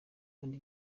kandi